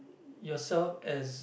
yourself as